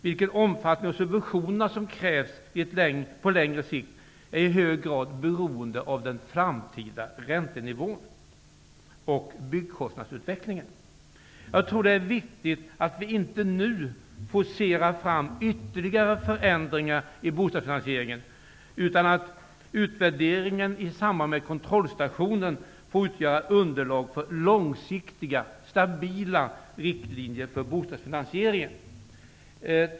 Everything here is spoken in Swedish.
Vilken omfattning av subventionerna som krävs på längre sikt är i hög grad beroende av den framtida räntenivån och byggkostnadsutvecklingen. Jag tror att det är viktigt att vi inte nu forcerar fram ytterligare förändringar i bostadsfinansieringen, utan att utvärderingen i samband med kontrollstationen får utgöra underlag för långsiktiga stabila riktlinjer för bostadsfinansieringen.